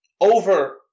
Over